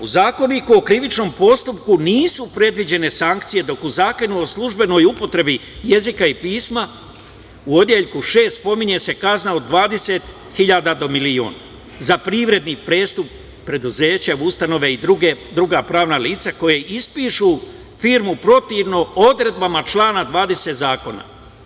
U Zakoniku o krivičnom postupku nisu predviđene sankcije, dok u Zakonu o službenoj upotrebi jezika i pisma, u odeljku 6. pominje se kazna od 20.000 do milion za privredni prestupa preduzeća, ustanove i druga pravna lica koja ispišu firmu protivno odredbama člana 20. zakona.